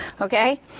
okay